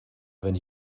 wenn